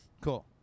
Cool